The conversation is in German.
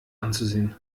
anzusehen